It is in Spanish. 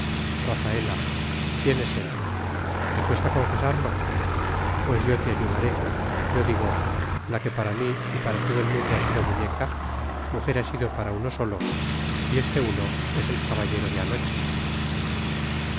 rafaela quién es él te cuesta confesarlo pues yo te ayudaré yo digo la que para mí y para todo el mundo ha sido muñeca mujer ha sido para uno solo y este uno es el caballero de anoche